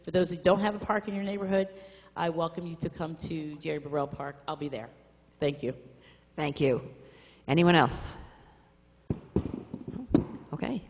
for those who don't have a park in your neighborhood i welcome you to come to park i'll be there thank you thank you anyone else ok